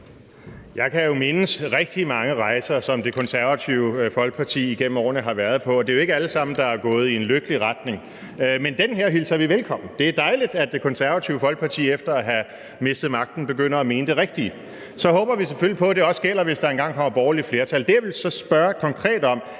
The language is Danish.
Jeg kan jo mindes rigtig mange rejser, som Det Konservative Folkeparti igennem årene har været på, og det er jo ikke alle sammen, der er gået i en lykkelig retning. Men den her hilser vi velkommen. Det er dejligt, at Det Konservative Folkeparti efter at have mistet magten begynder at mene det rigtige. Så håber vi selvfølgelig på, at det også gælder, hvis der engang kommer borgerligt flertal. Det, jeg så vil spørge konkret om,